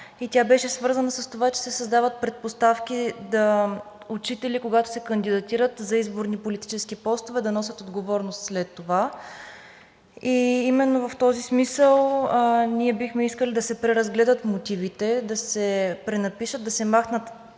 Тя беше свързана с това, че се създават предпоставки учители, когато се кандидатират за изборни политически постове, да носят отговорност след това. Именно в този смисъл ние бихме искали да се преразгледат мотивите, да се пренапишат, да се махнат